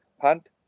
Punt